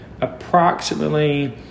approximately